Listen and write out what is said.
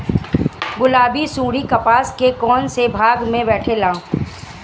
गुलाबी सुंडी कपास के कौने भाग में बैठे ला?